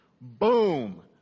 Boom